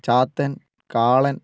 Chathan കാളൻ